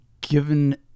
given